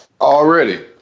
Already